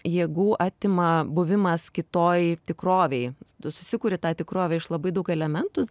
jėgų atima buvimas kitoj tikrovėj tu susikuri tą tikrovę iš labai daug elementų